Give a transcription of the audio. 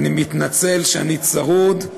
אני מתנצל שאני צרוד.